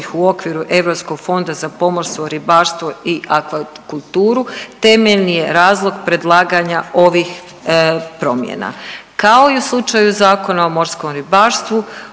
u okviru Europskog fonda za pomorstvo, ribarstvo i akvakulturu temeljni je razlog predlaganja ovih promjena. Kao i u slučaju Zakona o morskom ribarstvu